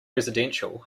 residential